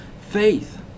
faith